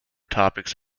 topics